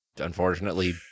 Unfortunately